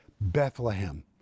Bethlehem